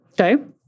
okay